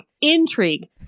intrigue